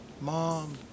mom